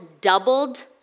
doubled